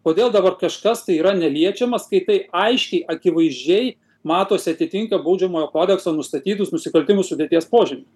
kodėl dabar kažkas tai yra neliečiamas kai tai aiškiai akivaizdžiai matosi atitinka baudžiamojo kodekso nustatytus nusikaltimų sudėties požymį